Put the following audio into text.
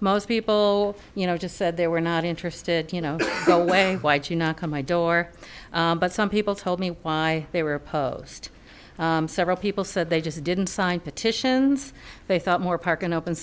most people you know just said they were not interested you know go away why'd you knock on my door but some people told me why they were opposed several people said they just didn't sign petitions they thought more parking open